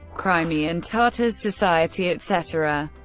crimean tatars society, etc.